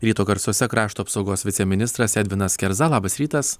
ryto garsuose krašto apsaugos viceministras edvinas kerza labas rytas